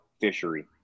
fishery